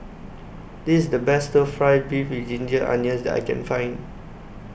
This IS The Best Fry Beef with Ginger Onions that I Can Find